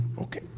Okay